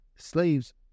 Slaves